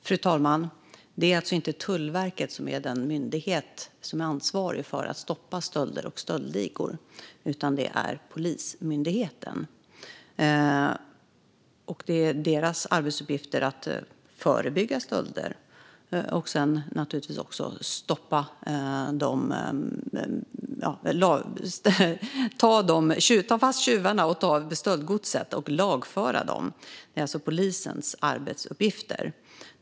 Fru talman! Tullverket är alltså inte den myndighet som är ansvarig för att stoppa stölder och stöldligor, utan det är Polismyndigheten. Det är deras arbetsuppgift att förebygga stölder och, naturligtvis, att ta stöldgods, ta fast tjuvar och lagföra dem. Det är alltså polisens arbetsuppgifter.